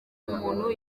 umuntu